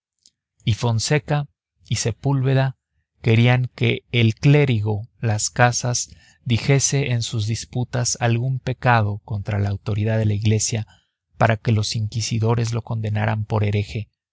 y fonseca y sepúlveda querían que el clérigo las casas dijese en sus disputas algún pecado contra la autoridad de la iglesia para que los inquisidores lo condenaran por hereje